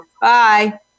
Bye